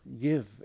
give